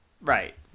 Right